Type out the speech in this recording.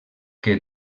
que